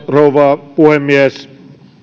rouva puhemies